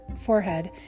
forehead